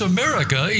America